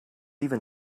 even